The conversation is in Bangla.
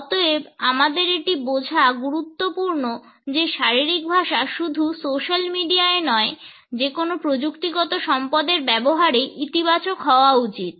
অতএব আমাদের এটি বোঝা গুরুত্বপূর্ণ যে শারীরিক ভাষা শুধু সোশ্যাল মিডিয়ায় নয় যেকোনো প্রযুক্তিগত সম্পদের ব্যবহারে ইতিবাচক হওয়া উচিত